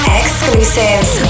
exclusives